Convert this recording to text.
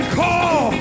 call